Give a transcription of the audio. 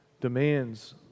demands